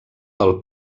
del